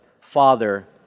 father